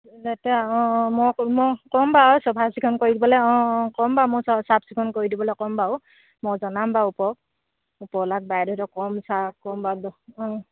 তেতিয়া অঁ অঁ মই ক'ম মই ক'ম বাৰু চফাচিকুণ কৰি দিবলৈ অঁ অঁ ক'ম বাৰু মই চাফচিকুণ কৰি দিবলৈ ক'ম বাৰু মই জনাম বাাৰু ওপৰত ওপৰৱলাক বাইদেউহঁতক ক'ম ছাৰক ক'ম বাৰু অঁ